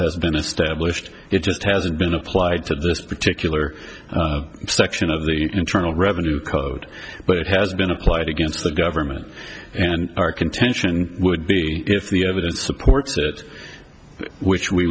has been established it just hasn't been applied to this particular section of the internal revenue code but it has been applied against the government and our contention would be if the evidence supports it which we